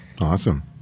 awesome